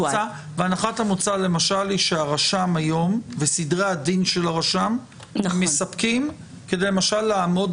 והנחת המוצא היא שהרשם וסדרי הדין שלו היום מספיקים כדי לעמוד